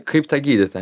kaip tą gydyt